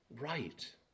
right